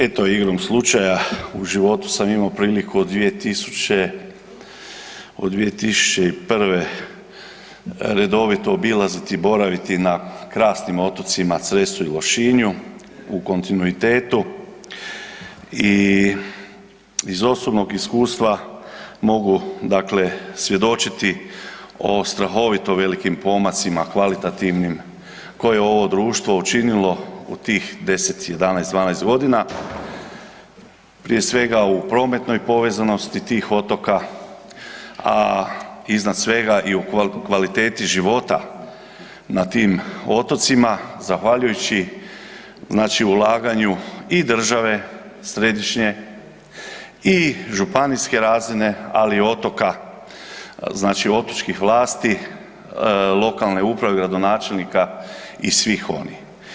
Eto igrom slučaja u životu sam imao priliku od 2001.redovito obilaziti i boraviti na krasnim otocima Cresu i Lošinju u kontinuitetu i iz osobnog iskustava mogu svjedočiti o strahovito velikim pomacima kvalitativnim koje je ovo društvo učinilo u tih 10, 11, 12 godina prije svega u prometnoj povezanosti tih otoka, a iznad svega i u kvaliteti života na tim otocima zahvaljujući ulaganju i države središnje i županijske razine, ali i otoka otočkih vlasti lokalne uprave, gradonačelnika i svih onih.